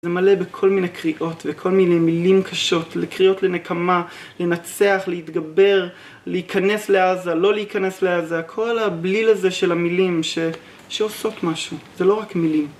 זה מלא בכל מיני קריאות וכל מיני מילים קשות, לקריאות לנקמה, לנצח, להתגבר, להיכנס לעזה, לא להיכנס לעזה, כל הבליל הזה של המילים שעושות משהו, זה לא רק מילים.